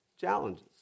challenges